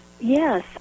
Yes